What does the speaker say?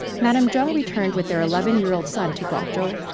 madame zheng returned with their ah eleven-year-old son to guangzhou,